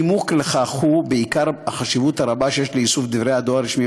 הנימוק לכך הוא בעיקר החשיבות הרבה שיש לאיסוף דברי דואר רשמיים